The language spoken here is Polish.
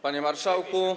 Panie Marszałku!